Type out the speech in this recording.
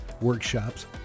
workshops